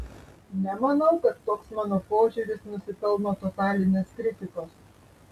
nemanau kad toks mano požiūris nusipelno totalinės kritikos